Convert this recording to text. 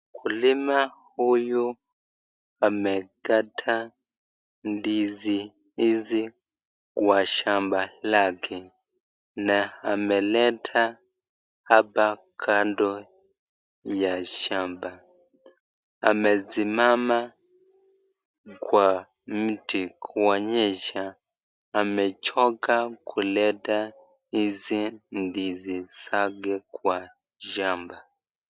Mkulima huyu amekata ndizi hizi kwa shamba lake na ameleta hapa kando ya shamba , amesimama kwa mti kuonyesha amechoka kuleta hizi ndizi zake kwa shamba.